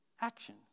action